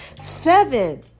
Seven